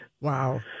Wow